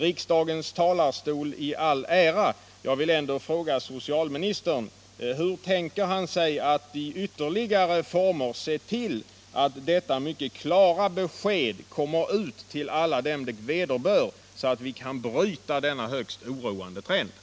Riksdagens talarstol i all ära, men jag vill ändå fråga socialministern: Hur tänker socialministern se till att detta mycket klara besked når ut till alla dem det vederbör, så att vi kan bryta denna högst oroande trend?